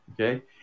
Okay